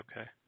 Okay